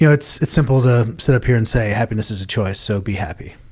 yeah it's it's simple to sit up here and say happiness is a choice. so be happy.